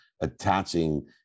attaching